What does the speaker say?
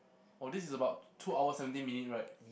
oh this is about two hours seventeen minutes right